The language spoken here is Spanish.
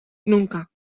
nunca